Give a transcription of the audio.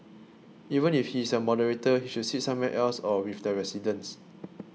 even if he is a moderator he should sit somewhere else or with the residents